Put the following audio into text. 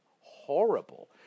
horrible